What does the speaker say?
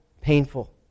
painful